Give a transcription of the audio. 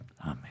Amen